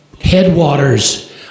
headwaters